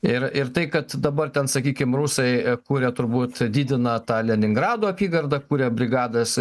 ir ir tai kad dabar ten sakykime rusai kuria turbūt didina tą leningrado apygardą kuria brigadas